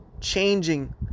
changing